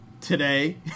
today